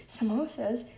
samosas